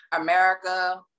America